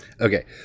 okay